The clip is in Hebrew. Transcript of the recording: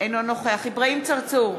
אינו נוכח אברהים צרצור,